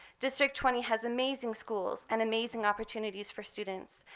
district twenty has amazing schools and amazing opportunities for students.